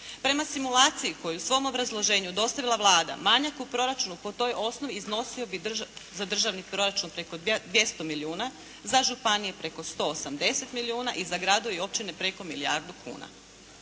Prema simulaciji koju je u svom obrazloženju dostavila Vlada manjak u proračunu po toj osnovi iznosio bi za državni proračun preko 200 milijuna, za županije preko 180 milijuna i za gradove i općine preko milijardu kuna.